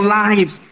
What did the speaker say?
life